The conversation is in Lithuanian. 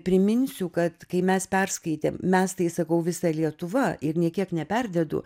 priminsiu kad kai mes perskaitėm mes tai sakau visa lietuva ir nė kiek neperdedu